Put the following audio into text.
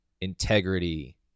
integrity